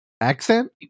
Accent